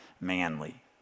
manly